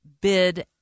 bid